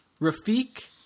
Rafik